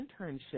internship